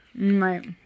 right